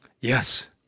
Yes